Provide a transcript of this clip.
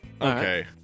Okay